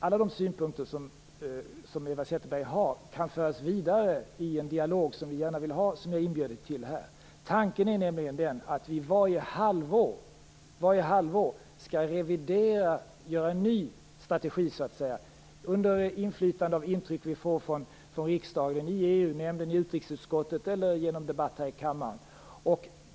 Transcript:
Alla de synpunkter som Eva Zetterberg har, kan föras vidare i en dialog som vi gärna vill ha och som jag inbjöd till här. Tanken är nämligen att vi varje halvår skall revidera och så att säga utarbeta en ny strategi under inflytande av de intryck som vi får från riksdagen i EU-nämnden i utrikesutskottet eller genom debatt här i kammaren.